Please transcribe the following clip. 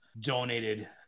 donated